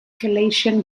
galician